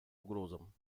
угрозам